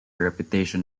reputation